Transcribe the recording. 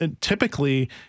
Typically